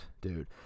dude